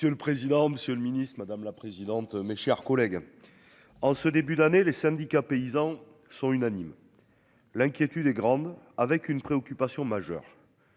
Monsieur le président, Monsieur le Ministre, madame la présidente. Mes chers collègues. En ce début d'année, les syndicats paysans sont unanimes. L'inquiétude est grande avec une préoccupation majeure.